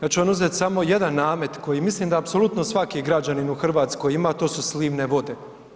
Ja ću vam uzeti samo jedan namet koji mislim da apsolutno svaki građanin u Hrvatskoj ima, a to su slivne vode.